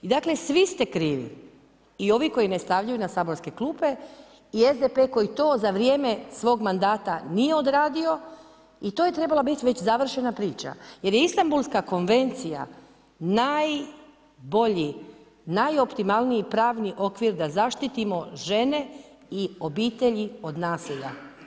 I dakle svi ste krivi i ovi koji ne stavljaju na saborske klupe i SDP koji to za vrijeme svog mandata nije odradio i to je trebala bit već završena priča, jer je Istambulska konvencija najbolji, najoptimalniji pravni okvir da zaštitimo žene i obitelji od nasilja.